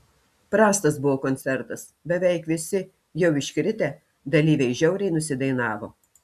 prastas buvo koncertas beveik visi jau iškritę dalyviai žiauriai nusidainavo